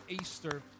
Easter